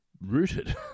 rooted